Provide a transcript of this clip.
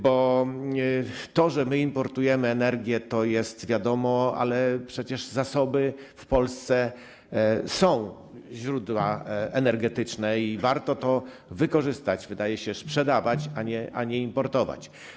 Bo to, że my importujemy energię, to jest wiadomo, ale przecież w Polsce są zasoby, źródła energetyczne i warto to wykorzystać, wydaje się, sprzedawać, a nie importować.